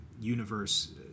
universe